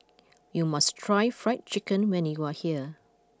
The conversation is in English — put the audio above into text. you must try Fried Chicken when you are here